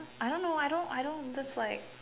I don't know I don't I don't dislike